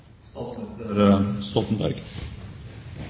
Statsminister Stoltenberg